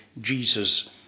Jesus